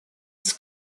its